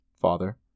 father